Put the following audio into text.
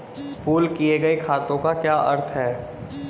Pool किए गए खातों का क्या अर्थ है?